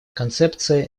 концепция